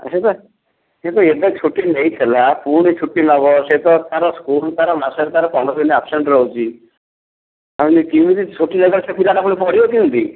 ଏ ସିଏ ତ ସିଏ ଏବେ ଛୁଟି ନେଇଥିଲା ପୁଣି ଛୁଟି ନେବ ସିଏ ତ ତାର ସ୍କୁଲ୍ ତାର ମାସରେ ତାର ପନ୍ଦର ଦିନ ଆବସେଣ୍ଟ ରହୁଛି ତୁମେ କେମିତି ଛୁଟି ନେଲେ ସେ ପିଲାଟା ପୁଣି ପଢ଼ିବ କେମିତି